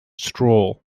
stroll